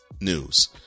News